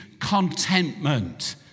contentment